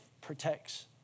protects